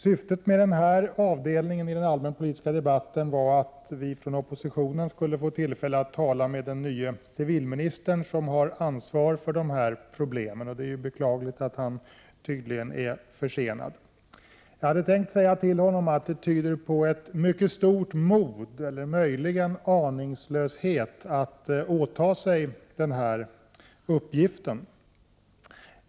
Syftet med den här avdelningen i den allmänpolitiska debatten var att vi från oppositionen skulle få tillfälle att tala med den nye civilministern, som har ansvaret för de här problemen. Det är beklagligt att han tydligen är försenad. Jag hade tänkt säga till honom att det tyder på ett mycket stort mod — eller möjligen på aningslöshet — att åta sig den här uppgiften.